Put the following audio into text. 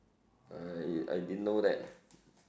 I I didn't know that